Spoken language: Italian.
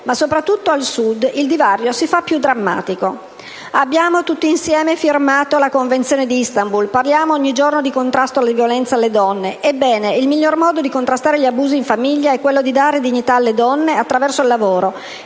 mentre al Sud il divario si fa più drammatico. Abbiamo tutti insieme firmato la Convenzione di Istanbul e parliamo ogni giorno di contrasto alla violenza alle donne: ebbene, il miglior modo di contrastare gli abusi in famiglia è quello di dare dignità alle donne attraverso il lavoro